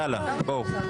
יאללה, בואו.